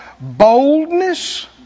boldness